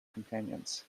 companions